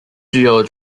具有